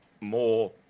more